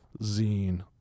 zine